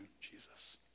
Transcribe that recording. Jesus